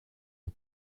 aux